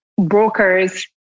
brokers